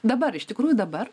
dabar iš tikrųjų dabar